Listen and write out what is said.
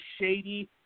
shady